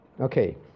Okay